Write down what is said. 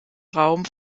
raum